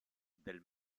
del